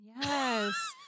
Yes